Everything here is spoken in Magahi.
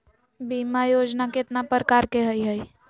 बीमा योजना केतना प्रकार के हई हई?